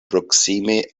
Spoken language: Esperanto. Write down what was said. proksime